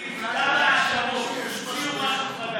כתב האשמות, המציאו משהו חדש.